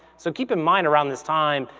so keep in mind around this time,